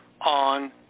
on